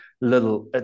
little